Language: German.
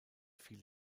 fiel